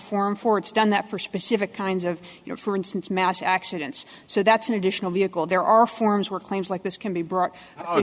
form for it's done that for specific kinds of your for instance mass accidents so that's an additional vehicle there are forms where claims like this can be brought